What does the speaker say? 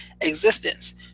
existence